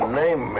name